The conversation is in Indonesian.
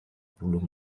puluh